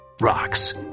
rocks